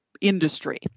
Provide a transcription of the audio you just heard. industry